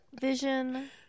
Vision